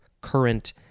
current